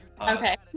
okay